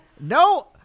No